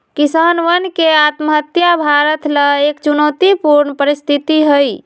किसानवन के आत्महत्या भारत ला एक चुनौतीपूर्ण परिस्थिति हई